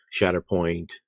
Shatterpoint